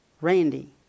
Randy